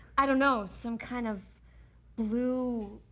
i don't know some kind of blue.